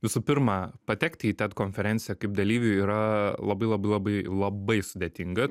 visų pirma patekti į ted konferenciją kaip dalyviui yra labai labai labai labai sudėtinga